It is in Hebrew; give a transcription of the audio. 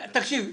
תקשיב,